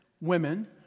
women